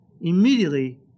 Immediately